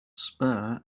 spur